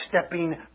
stepping